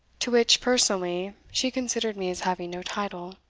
to which, personally, she considered me as having no title.